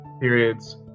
periods